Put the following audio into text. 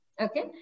Okay